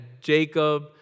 Jacob